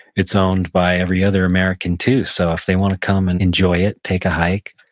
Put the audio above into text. it's owned by every other american too. so if they want to come and enjoy it, take a hike,